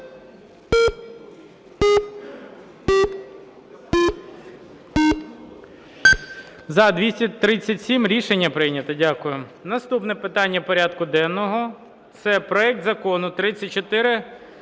За-237 Рішення прийнято. Дякую. Наступне питання порядку денного – це проект Закону 3491,